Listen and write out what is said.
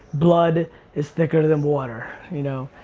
blood is thicker than water, you know.